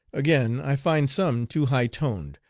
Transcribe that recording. again, i find some too high-toned,